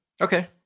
okay